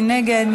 מי נגד?